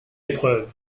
épreuve